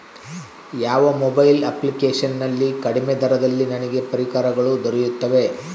ಯಾವ mobile application ನಲ್ಲಿ ಕಡಿಮೆ ದರದಲ್ಲಿ ನನಗೆ ಪರಿಕರಗಳು ದೊರೆಯುತ್ತವೆ?